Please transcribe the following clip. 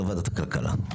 לא ועדת הכלכלה.